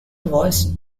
was